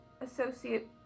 associate